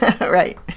Right